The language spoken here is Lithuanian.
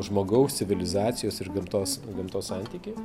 žmogaus civilizacijos ir gamtos gamtos santykį